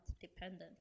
dependent